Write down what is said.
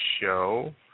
show